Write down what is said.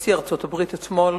נשיא ארצות-הברית אתמול